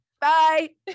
bye